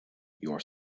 your